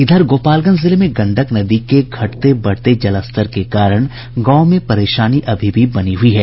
इधर गोपालगंज जिले में गंडक नदी के घटते बढ़ते जलस्तर के कारण गांवों में परेशानी अभी भी बनी हुई है